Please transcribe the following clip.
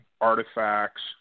artifacts